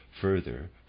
further